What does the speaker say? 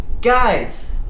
guys